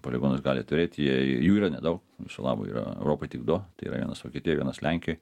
poligonus gali turėt jie jų yra nedaug viso labo yra europoj tik du tai yra vienas vokietijoj vienas lenkijoj